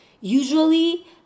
Usually